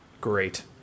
great